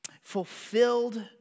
fulfilled